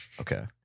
Okay